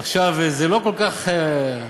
עכשיו, זה לא כל כך פשוט